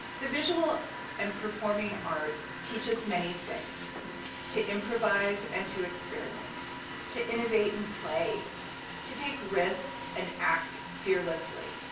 the visual and performing arts teach us many things to improvise and to experiment to innovate and play to take risks and act fearlessly.